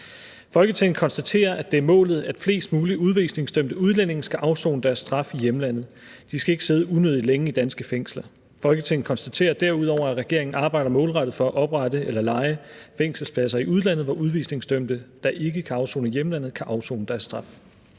»Folketinget konstaterer, at det er målet, at flest mulige udvisningsdømte udlændinge skal afsone deres straf i hjemlandet. De skal ikke sidde unødig længe i danske fængsler. Folketinget konstaterer derudover, at regeringen arbejder målrettet for at oprette eller leje fængselspladser i udlandet, hvor udvisningsdømte, der ikke kan afsone i hjemlandet, kan afsone deres straf.«